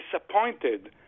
disappointed